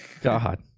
God